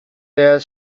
their